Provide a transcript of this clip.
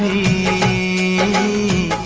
e